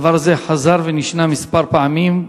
הדבר הזה חזר ונשנה כמה פעמים,